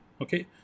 Okay